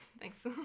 thanks